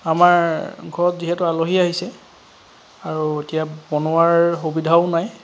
আমাৰ ঘৰত যিহেতু আলহী আহিছে আৰু এতিয়া বনোৱাৰ সুবিধাও নাই